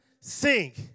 sink